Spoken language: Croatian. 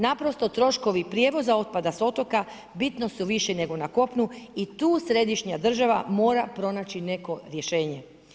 Naprosto troškovi prijevoza otpada sa otoka bitno su viši nego na kopnu i tu središnja država mora pronaći neko rješenje.